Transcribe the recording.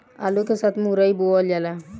आलू के साथ मुरई बोअल जाला